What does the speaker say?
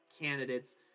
candidates